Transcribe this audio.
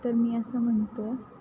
तर मी असं म्हणतो